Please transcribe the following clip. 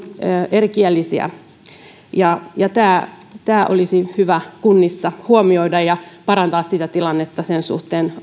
minkäkin kielisiä oman näkemykseni mukaan tämä olisi hyvä kunnissa huomioida ja parantaa sitä tilannetta sen suhteen